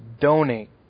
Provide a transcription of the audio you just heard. donate